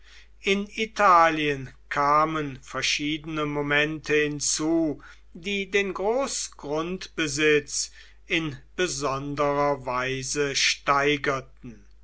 in italien kamen verschiedene momente hinzu die den großgrundbesitz in besonderer weise steigerten